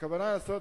הכוונה לעשות